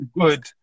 good